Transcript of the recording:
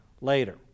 later